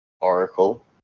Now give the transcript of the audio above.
Oracle